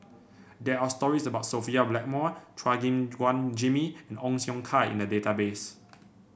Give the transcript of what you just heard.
there are stories about Sophia Blackmore Chua Gim Guan Jimmy and Ong Siong Kai in the database